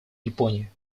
японии